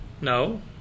No